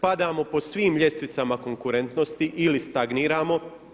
Padamo po svim ljestvicama konkurentnosti ili stagniramo.